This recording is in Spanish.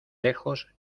lejos